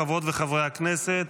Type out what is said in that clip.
חברי וחברות הכנסת,